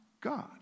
God